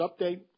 update